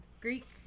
Greek